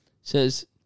says